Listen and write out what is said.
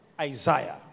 Isaiah